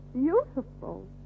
beautiful